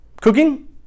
cooking